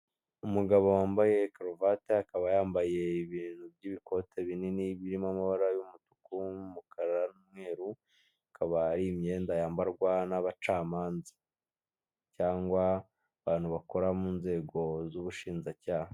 Umugabo wambaye karuvati, akaba yambaye ibintu by'ibikote binini birimo amabara y'umutuku, umukara n'umweru, akaba ari imyenda yambarwa n'abacamanza cyangwa abantu bakora mu nzego z'ubushinjacyaha.